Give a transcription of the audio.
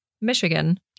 Michigan